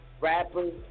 rappers